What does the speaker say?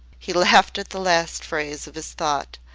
he laughed at the last phrase of his thought,